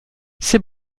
c’est